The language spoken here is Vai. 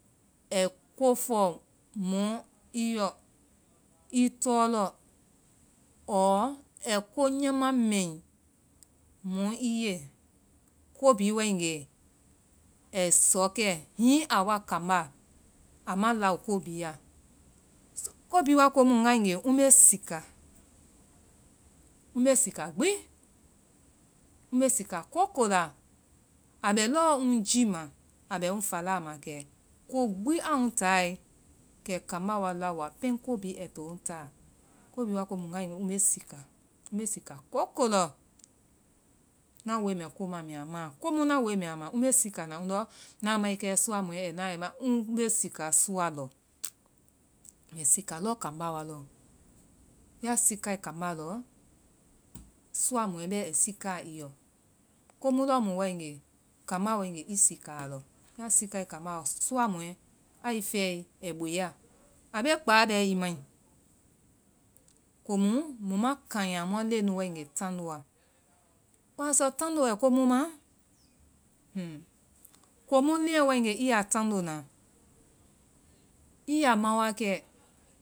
ɛi ko fɔ mɔ i yɔ, i tɔɔ lɔ, ɔɔ ɛi ko nyama mɛi mɔ i ye, ko bhii wáegee ɛi sɔkɛ, híŋí a wa kambá ama lao ko bhii ya ko bhii waa komu ŋgaegee ŋ bee sika, ŋ bee sika gbii, ŋ bee sika kooko la, a bɛ lɔɔ ŋ giima, abɛ ŋ falaa ma kɛ ko gbi a ŋ táae, kɛ kambá wa laowa pɛŋ to bhíí ɛi to ŋ táa. Ko bhíí wa komu ŋgae ŋ bee sika. ŋ bee sika kooko lɔ. Ŋna woe ko ma mbɛ a maã, komu na woe mbɛ maã ŋbee sika na ŋndɔ ŋnaã mae kɛ sua mɔɛ ɛi naa ɛi na, ŋbee sika sua lɔ. Ya sikae kambá lɔ, sua mɔɛ bɛɛ ai sikaa i yɔ. Komu lɔɔ mu waegee, kambá waegee i sika a lɔ. Ya sikae kambá lɔ su su sua mɔɛ ai fɛe ɛi boia, a bee kpáa bɛɛ i maí, komu mu ma kanya muã leŋɛ nu tandoa. woa sɔ tando ai komu ma? Huu, komu leŋɛ waegee i yaa tando na i yaa ma wa kɛɛ